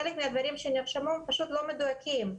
חלק מהדברים שנרשמו פשוט לא מדויקים.